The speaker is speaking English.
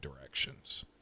directions